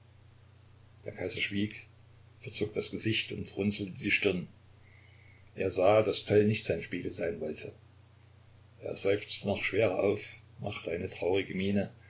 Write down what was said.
der kaiser schwieg verzog das gesicht und runzelte die stirn er sah daß toll nicht sein spiegel sein wollte er seufzte noch schwerer auf machte eine traurige miene